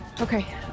Okay